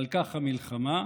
על כך המלחמה.